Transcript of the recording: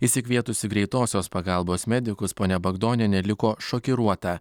išsikvietusi greitosios pagalbos medikus ponia bagdonienė liko šokiruota